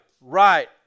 right